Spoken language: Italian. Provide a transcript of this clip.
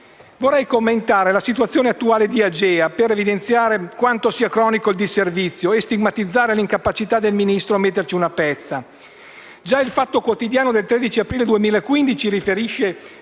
Vorrei commentare la situazione attuale di AGEA, per sottolineare quanto sia cronico il disservizio e stigmatizzare l'incapacità del Ministero a metterci una pezza. Già «Il Fatto Quotidiano» del 13 aprile 2015 riferisce